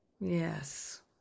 Yes